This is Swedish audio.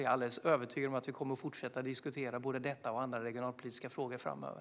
Jag är alldeles övertygad om att vi kommer att fortsätta diskutera både detta och andra regionalpolitiska frågor framöver.